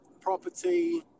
property